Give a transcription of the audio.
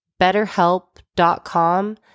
betterhelp.com